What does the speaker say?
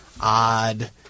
odd